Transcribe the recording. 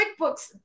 QuickBooks